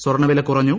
സ്വർണ്ണവില കുറഞ്ഞു